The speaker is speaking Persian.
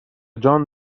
جان